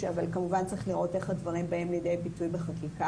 כמובן שצריך לראות איך הדברים באים לידי ביטוי בחקיקה.